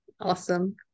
Awesome